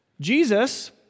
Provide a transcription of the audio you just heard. Jesus